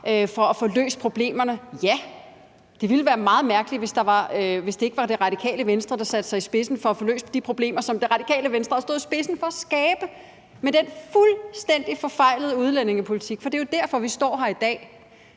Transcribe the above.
for at få løst problemerne. Ja, det ville være meget mærkeligt, hvis det ikke var Radikale Venstre, der satte sig i spidsen for at få løst de problemer, som Radikale Venstre har stået i spidsen for at skabe med den fuldstændig forfejlede udlændingepolitik, for det er jo derfor, vi står her i dag.